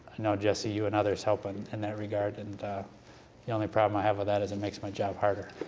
know, jesse, you and others help in and and that regard. and the only problem i have with that is it makes my job harder.